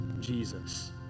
Jesus